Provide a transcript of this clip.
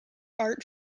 art